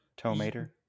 Tomater